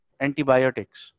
antibiotics